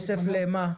כסף למה?